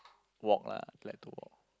walk lah like to walk